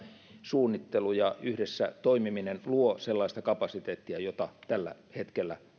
suunnittelu ja yhdessä toimiminen luovat sellaista kapasiteettia jota tällä hetkellä